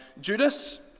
Judas